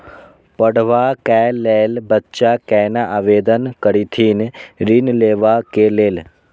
पढ़वा कै लैल बच्चा कैना आवेदन करथिन ऋण लेवा के लेल?